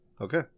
Okay